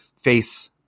face